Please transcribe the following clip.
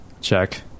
Check